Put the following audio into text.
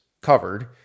covered